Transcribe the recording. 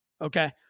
Okay